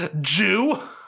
Jew